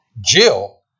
Jill